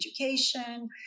education